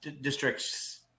district's